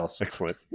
excellent